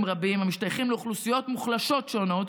רבים המשתייכים לאוכלוסיות מוחלשות שונות,